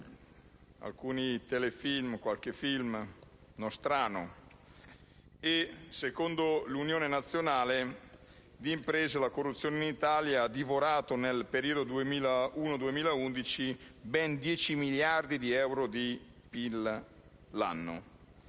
alcuni film e telefilm nostrani. Secondo l'Unione nazionale di imprese, la corruzione in Italia ha divorato nel periodo 2001-2011 ben 10 miliardi di euro di PIL l'anno.